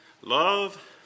Love